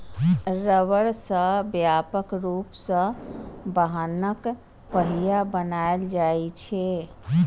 रबड़ सं व्यापक रूप सं वाहनक पहिया बनाएल जाइ छै